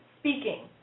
speaking